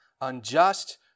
unjust